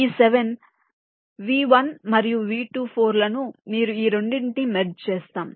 ఈ 7 V1 మరియు V24 లను మీరు ఈ రెండింటిని మెర్జ్ చేస్తాం